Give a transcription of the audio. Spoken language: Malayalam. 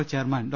O chairman Dr